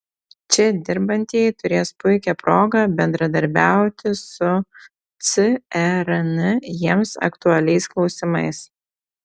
čia dirbantieji turės puikią progą bendradarbiauti su cern jiems aktualiais klausimais